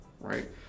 right